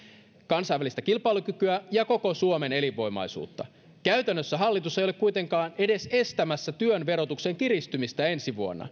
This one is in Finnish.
kansainvälistä kilpailukykyä ja koko suomen elinvoimaisuutta käytännössä hallitus ei ole kuitenkaan estämässä työn verotuksen kiristymistä ensi vuonna